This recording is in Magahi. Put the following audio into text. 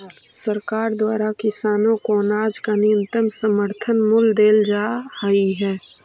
सरकार द्वारा किसानों को अनाज का न्यूनतम समर्थन मूल्य देल जा हई है